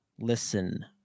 Listen